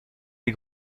les